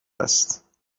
است